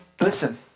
Listen